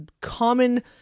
common